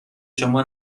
شما